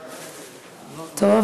טוב.